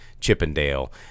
Chippendale